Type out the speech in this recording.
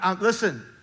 Listen